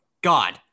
God